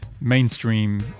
mainstream